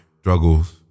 struggles